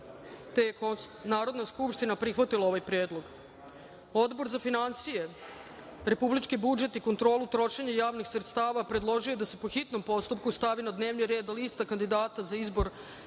da je Narodna skupština prihvatila ovaj predlog. Odbor za finansije, republički budžet i kontrolu trošenja javnih sredstava predložio je da se, po hitnom postupku, stavi na dnevni red lista kandidata za izbor